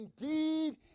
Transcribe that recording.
indeed